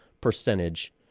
percentage